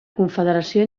confederació